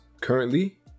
currently